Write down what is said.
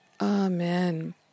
Amen